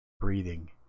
breathing